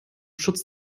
schutz